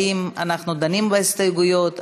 האם אנחנו דנים בהסתייגויות?